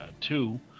two